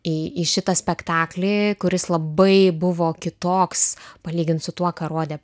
į į šitą spektaklį kuris labai buvo kitoks palygint su tuo ką rodė